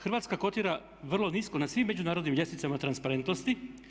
Hrvatska kotira vrlo nisko na svim međunarodnim ljestvicama transparentnosti.